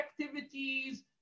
activities